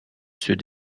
ceux